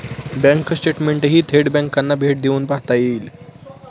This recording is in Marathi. बँक स्टेटमेंटही थेट बँकांना भेट देऊन पाहता येईल